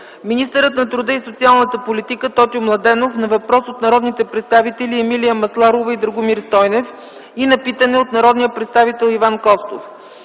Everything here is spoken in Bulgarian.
министъра на труда и социалната политика Тотю Младенов на въпрос от народните представители Емилия Масларова и Драгомир Стойнев и на питане от народния представител Иван Костов.